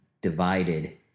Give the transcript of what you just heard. divided